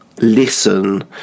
listen